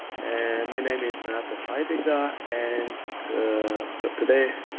and my name is renato fajdiga. and but today,